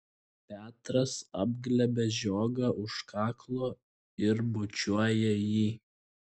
petras apglėbia žiogą už kaklo ir bučiuoja jį